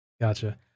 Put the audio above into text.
Gotcha